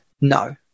No